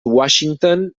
washington